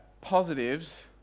positives